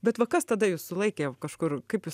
bet va kas tada jus sulaikė kažkur kaip jūs